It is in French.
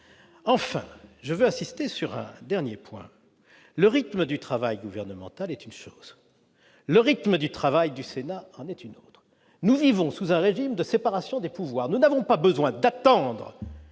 Enfin, je tiens à insister sur un dernier point. Le rythme du travail gouvernemental est une chose ; le rythme du travail du Sénat en est une autre. Nous vivons sous un régime de séparation des pouvoirs. Nous ne sommes pas tenus d'attendre